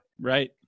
Right